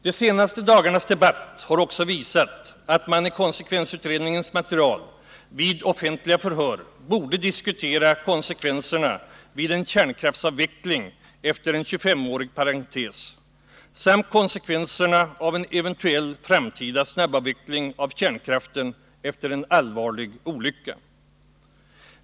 De senaste dagarnas debatt har också visat att när det gäller konsekvensutredningens material borde man vid offentliga förhör diskutera konsekvenserna av en kärnkraftsavveckling efter en 25-årig parentes samt konsekvenserna av en eventuell framtida snabbavveckling av kärnkraften efter en allvarlig olycka.